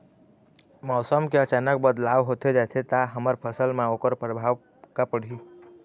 मौसम के अचानक बदलाव होथे जाथे ता हमर फसल मा ओकर परभाव का पढ़ी?